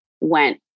went